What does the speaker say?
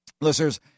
listeners